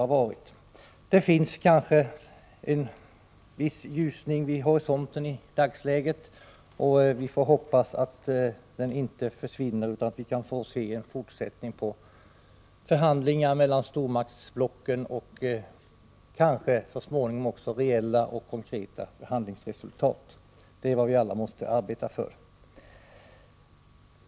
Vi kan i dag möjligen skymta en viss ljusning vid horisonten, och vi får hoppas att den inte försvinner utan att vi kan få se en fortsättning på förhandlingar mellan stormaktsblocken och kanske så småningom också reella och konkreta förhandlingsresultat. Det är vad vi alla måste arbeta för.